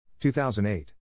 2008